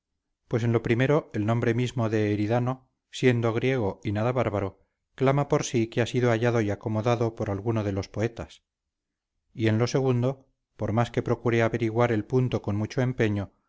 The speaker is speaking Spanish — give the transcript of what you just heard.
pues en lo primero el nombre mismo de eridano siendo griego y nada bárbaro clama por sí que ha sido hallado y acomodado por alguno de los poetas y en lo segundo por más que procuré averiguar el punto con mucho empeño